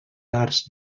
arts